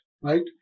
right